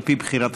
על פי בחירתך,